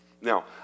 Now